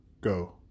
Go